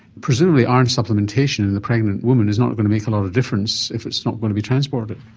presumably iron supplementation in the pregnant woman is not going to make a lot of difference if it's not going to be transported.